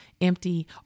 empty